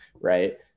Right